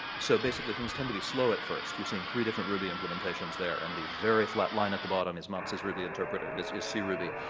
so things tend to be slow at first. you're seeing three different ruby implimentations there and the very flat line at the bottom is matz's ruby interpreter, is is c-ruby,